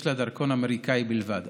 יש לה דרכון אמריקני בלבד.